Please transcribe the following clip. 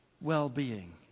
well-being